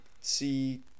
see